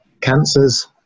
cancers